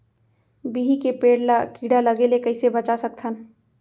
बिही के पेड़ ला कीड़ा लगे ले कइसे बचा सकथन?